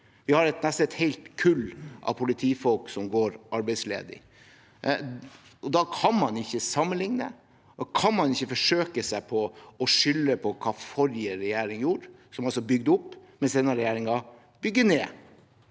Vi har nesten et helt kull av politifolk som går arbeidsledig. Da kan man ikke sammenligne. Da kan man ikke forsøke seg på å skylde på hva forrige regjering gjorde, som altså bygde opp, mens denne regjeringen bygger ned.